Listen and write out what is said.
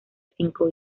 cinco